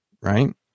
right